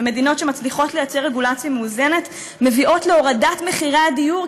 ומדינות שמצליחות לייצר רגולציה מאוזנת מביאות להורדת מחירי הדיור,